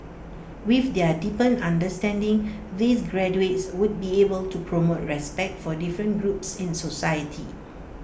with their deepened understanding these graduates would be able to promote respect for different groups in society